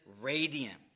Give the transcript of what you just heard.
radiant